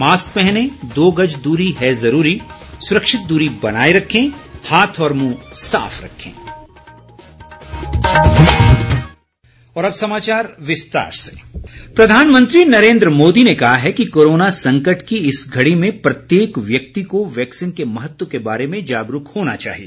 mask पहनें दो गज दूरी है जरूरी सुरक्षित दूरी बनाये रखें हाथ और मुंह साफ रखें मन की बात प्रधानमंत्री नरेन्द्र मोदी ने कहा है कि कोरोना संकट की इस घड़ी में प्रत्येक व्यक्ति को वैक्सीन के महत्व के बारे में जागरूक होना चाहिए